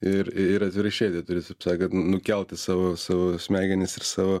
ir ir atvirkščiai tai turi taip sakant nukelti savo savo smegenis ir savo